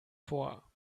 vor